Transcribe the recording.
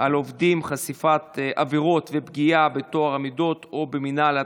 על עובדים (חשיפת עבירות ופגיעה בטוהר המידות או במינהל התקין)